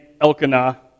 Elkanah